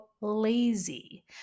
lazy